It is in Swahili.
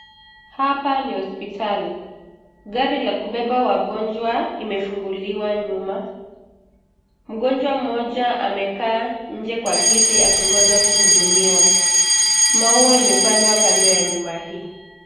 Hapa ni hospitali. Gari la kubeba wagonjwa imefunguliwa nyuma. Mgonjwa mmoja amekaa inje kwa kiti akingoja kuhudumiwa. Maua imepandwa kando ya nyumba hii.